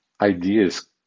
ideas